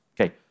Okay